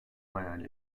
hayal